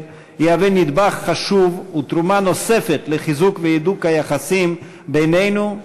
יהווה נדבך חשוב ותרומה נוספת לחיזוק והידוק היחסים בינינו,